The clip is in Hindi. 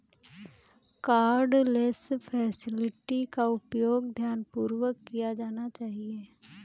कार्डलेस फैसिलिटी का उपयोग ध्यानपूर्वक किया जाना चाहिए